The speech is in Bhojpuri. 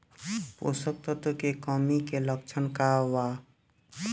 पोषक तत्व के कमी के लक्षण का वा?